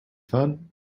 fun